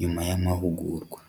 nyuma y'amahugurwa.